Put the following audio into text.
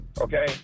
Okay